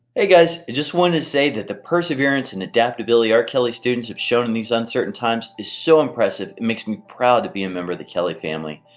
hey guys, just wanted to say that the perserverance and adaptability our kelley students have shown in these uncertain times is so impressive, makes me proud to be a member of the kelley family.